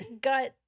got